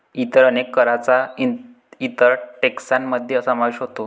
इतर अनेक करांचा इतर टेक्सान मध्ये समावेश होतो